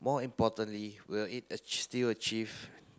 more importantly will it still achieve